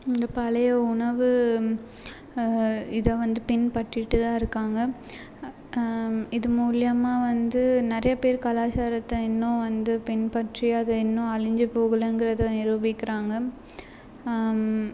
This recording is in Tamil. இங்கே பழைய உணவு இதை வந்து பின்பற்றிட்டு தான் இருக்காங்க இது மூலிமா வந்து நிறைய பேர் கலாச்சாரத்தை இன்னும் வந்து பின்பற்றி அதை இன்னும் அழிஞ்சு போகலங்கிறதை நிரூபிக்கிறாங்க